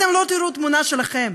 אתם לא תראו תמונה שלכם,